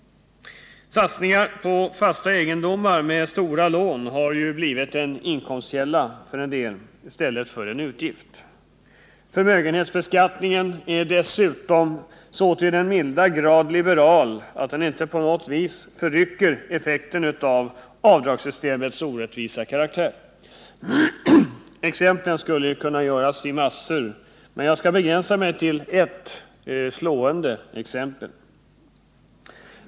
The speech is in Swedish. Satsningar på fasta egendomar med stora lån har blivit en inkomstkälla för en del i stället för en utgift. Förmögenhetsbeskattningen är dessutom så till den milda grad liberal att den inte på något vis förrycker effekten av avdragssystemets orättvisa karaktär. Exemplen skulle kunna ges i massor, men jag skall begränsa mig till ett slående exempel.